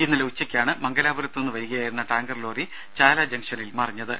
ഇന്നലെ ഉച്ചയ്ക്കാണ് മംഗലാപുരത്ത് നിന്ന് വരികയായിരുന്ന ടാങ്കർലോറി ചാല ജംഗ്ഷനിൽ മറിഞ്ഞത്